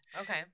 okay